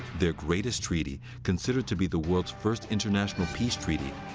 their greatest treaty, considered to be the world's first international peace treaty,